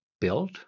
built